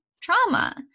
trauma